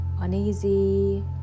uneasy